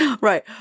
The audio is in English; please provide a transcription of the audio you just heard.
Right